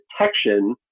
detection